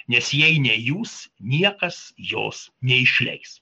nes jei ne jūs niekas jos neišleis